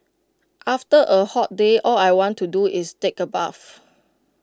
after A hot day all I want to do is take A bath